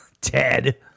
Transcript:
Ted